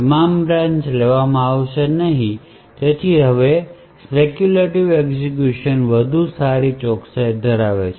તમામ બ્રાન્ચ લેવામાં આવશે નહીં તેથી હવે સ્પેક્યૂલેટિવ એક્ઝેક્યુશન વધુ સારી ચોકસાઈ ધરાવે છે